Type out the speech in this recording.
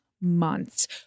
months